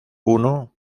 uno